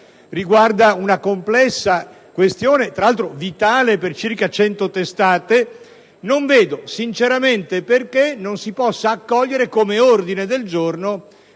l'editoria, una complessa questione, vitale per circa 100 testate. Non vedo sinceramente perché non si possa accogliere come ordine del giorno